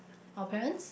our parents